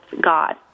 God